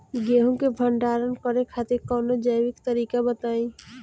गेहूँ क भंडारण करे खातिर कवनो जैविक तरीका बताईं?